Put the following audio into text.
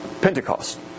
Pentecost